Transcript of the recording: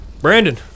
Brandon